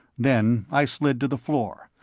then i slid to the floor,